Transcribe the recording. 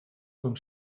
com